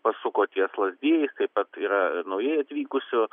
pasuko ties lazdijais taip pat yra naujai atvykusių